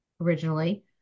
originally